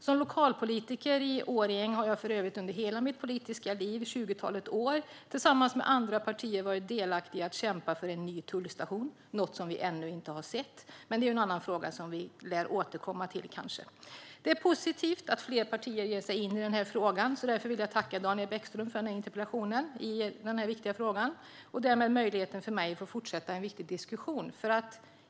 Som lokalpolitiker i Årjäng har jag för övrigt under hela mitt politiska liv, tjugotalet år, kämpat tillsammans med andra partier för en ny tullstation. Det är något som vi ännu inte har sett. Men det är en annan fråga som vi kanske kan återkomma till. Det är positivt att fler partier ger sig in i frågan. Jag vill därför tacka Daniel Bäckström för att han har ställt interpellationen i den här viktiga frågan. Det ger mig möjlighet att fortsätta en viktig diskussion.